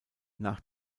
nach